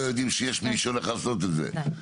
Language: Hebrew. יודעים שיש מישהו שהולך לעשות את זה.